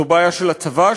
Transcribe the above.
זו בעיה של הצבא,